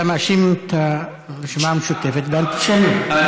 אתה מאשים את הרשימה המשותפת באנטישמיות,